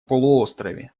полуострове